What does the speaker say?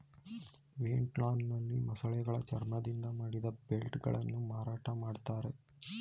ವಿಯೆಟ್ನಾಂನಲ್ಲಿ ಮೊಸಳೆಗಳ ಚರ್ಮದಿಂದ ಮಾಡಿದ ಬೆಲ್ಟ್ ಗಳನ್ನು ಮಾರಾಟ ಮಾಡ್ತರೆ